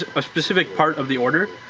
a specific part of the order,